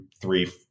three